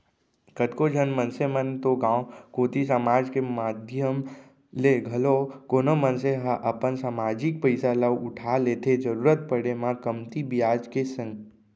कतको झन मनसे मन तो गांव कोती समाज के माधियम ले घलौ कोनो मनसे ह अपन समाजिक पइसा ल उठा लेथे जरुरत पड़े म कमती बियाज के संग